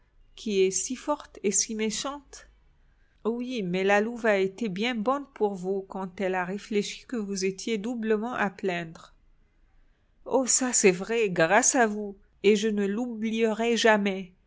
qui est si forte et si méchante oui mais la louve a été bien bonne pour vous quand elle a réfléchi que vous étiez doublement à plaindre oh ça c'est vrai grâce à vous et je ne l'oublierai jamais